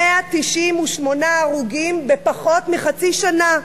198 הרוגים בפחות מחצי שנה.